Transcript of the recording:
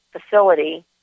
facility